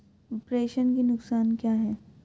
प्रेषण के नुकसान क्या हैं?